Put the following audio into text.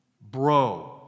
Bro